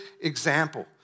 example